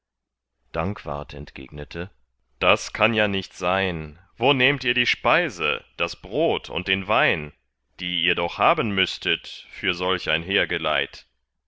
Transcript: dankwart entgegnete das kann ja nicht sein wo nähmt ihr die speise das brot und den wein die ihr doch haben müßtet für solch ein heergeleit